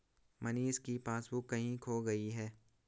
मनीष की पासबुक कहीं खो गई है